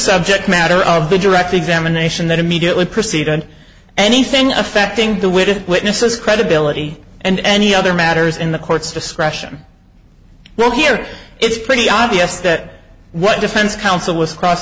subject matter of the direct examination that immediately preceded anything affecting the wit of witnesses credibility and any other matters in the court's discretion well here it's pretty obvious that what defense counsel was cross